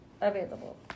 available